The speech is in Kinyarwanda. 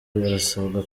barasabwa